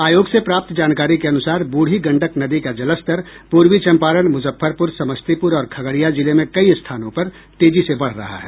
आयोग से प्राप्त जानकारी के अनुसार बूढ़ी गंडक नदी का जलस्तर पूर्वी चंपारण मुजफ्फरपुर समस्तीपुर और खगड़िया जिले में कई स्थानों पर तेजी से बढ़ रहा है